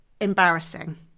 embarrassing